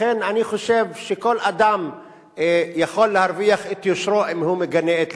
לכן אני חושב שכל אדם יכול להרוויח את יושרו אם הוא מגנה את ליברמן.